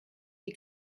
die